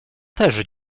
też